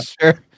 sure